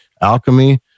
alchemy